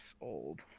old